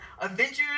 Avengers